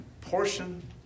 portion